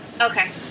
Okay